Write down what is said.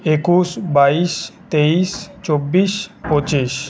একুশ বাইশ তেইশ চব্বিশ পঁচিশ